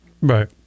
Right